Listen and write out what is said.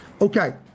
Okay